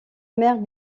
mère